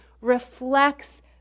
reflects